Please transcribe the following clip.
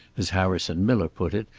as harrison miller put it,